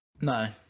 No